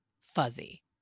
fuzzy